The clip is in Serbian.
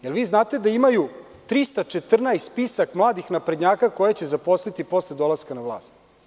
Jel vi znate da imaju 314 spisak mladih naprednjaka koje će zaposliti posle dolaska na vlast?